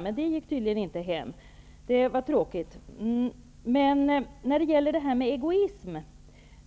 Men det gick tydligen inte, och det var tråkigt för herr Detta med egoism,